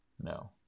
No